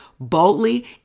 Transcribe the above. Boldly